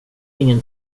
ingen